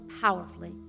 powerfully